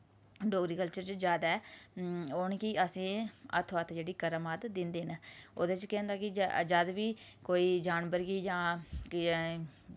Dogri culture च ज्यादा ओह् न कि असें हत्थो हत्थ जेह्ड़ी करामात दिंदे न ओह्दे च केह् होंदा कि जद बी कोई जानवर गी जां केह् ऐ